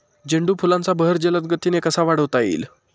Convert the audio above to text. झेंडू फुलांचा बहर जलद गतीने कसा वाढवता येईल?